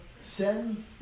send